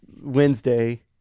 wednesday